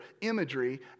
imagery